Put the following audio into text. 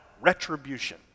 retribution